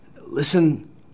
listen